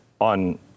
on